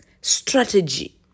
strategy